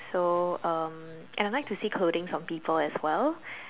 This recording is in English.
so um and I like to say clothings on people as well